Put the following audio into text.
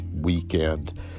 weekend